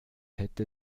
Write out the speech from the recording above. hätte